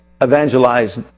evangelize